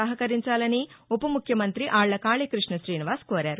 సహకరించాలని ఉప ముఖ్యమంతి ఆళ్ల కాళీ కృష్ణశ్రీనివాస్ కోరారు